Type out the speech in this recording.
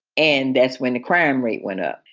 and that's when the crime rate went up.